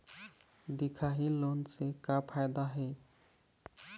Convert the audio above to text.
दिखाही लोन से का फायदा हे?